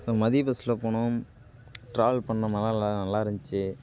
இந்த மதி பஸ்ஸில் போனோம் ட்ராவல் பண்ணோம் நல்லா இருந்துச்சி